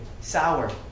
sour